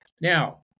Now